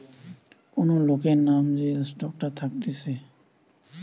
কোন লোকের নাম যে স্টকটা থাকতিছে